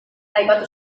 aipatu